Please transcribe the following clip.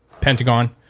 Pentagon